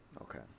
okay